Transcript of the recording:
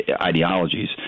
ideologies